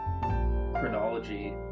chronology